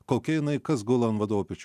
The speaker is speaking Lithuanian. kokia jinai kas gula ant vadovo pečių